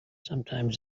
sometimes